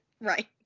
Right